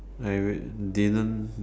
I really didn't